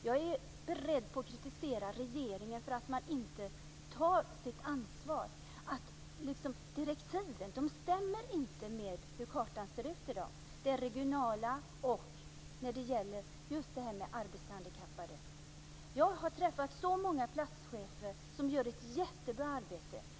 Jag är beredd att kritisera regeringen för att man inte tar sitt ansvar. Direktiven stämmer inte med hur kartan ser ut i dag. Det gäller det regionala och just det här med arbetshandikappade. Jag har träffat många platschefer som gör ett jättebra arbete.